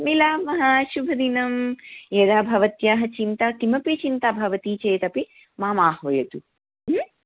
मिलामः शुभदिनं यदा भवत्याः चिन्ता किमपि चिन्ता भवति चेदपि माम् आह्वयतु